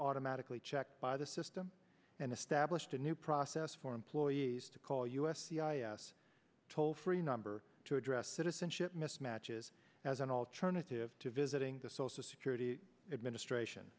automatically checked by the system and established a new process for employees to call us c i s toll free number to address citizenship mismatches as an alternative to visiting the social security administration